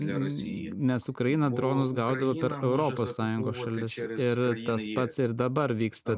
nes ukraina dronus gaudavo per europos sąjungos šalis ir tas pats ir dabar vyksta